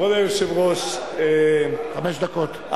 כבוד היושב-ראש, א.